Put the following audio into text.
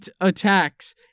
attacks